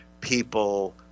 people